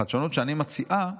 החדשנות שאני מציעה